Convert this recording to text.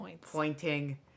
pointing